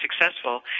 successful